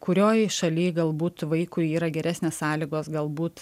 kurioj šaly galbūt vaikui yra geresnės sąlygos galbūt